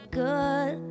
good